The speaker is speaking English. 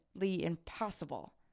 impossible